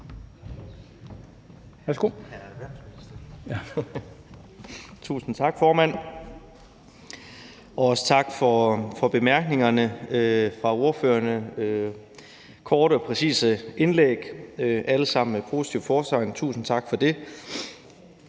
Tusind tak, formand. Også tak for bemærkningerne fra ordførerne. Det var korte og præcise indlæg og alle sammen med positivt fortegn. Tusind tak for det.